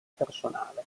personale